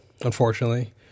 unfortunately